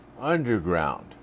underground